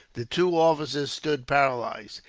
the two officers stood paralysed.